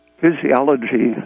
physiology